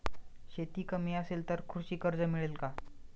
शेती कमी असेल तर कृषी कर्ज मिळेल का?